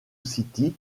city